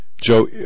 joe